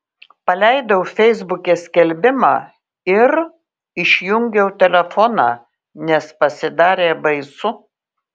paleidau feisbuke skelbimą ir išjungiau telefoną nes pasidarė baisu